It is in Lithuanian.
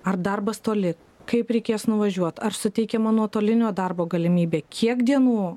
ar darbas toli kaip reikės nuvažiuot ar suteikiama nuotolinio darbo galimybė kiek dienų